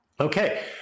Okay